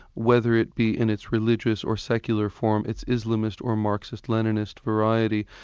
whether it be in its religious or secular form, its islamist or marxist-leninist variety,